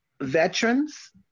veterans